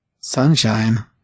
Sunshine